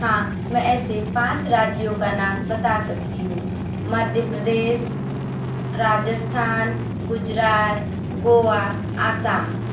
हाँ मैं ऐसे पाँच राज्यों का नाम बता सकती हूँ मध्य प्रदेश राजस्थान गुजरात गोवा आसाम